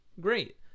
Great